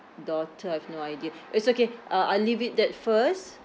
daughter I've no idea it's okay uh I'll leave it that first